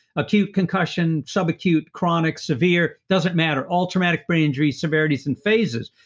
acute concussion, subacute, chronic severe, doesn't matter, all traumatic brain injuries, severalties and phases.